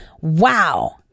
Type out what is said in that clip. Wow